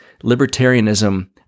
libertarianism